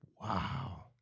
Wow